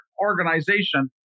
organization